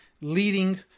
leading